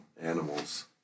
animals